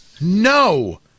No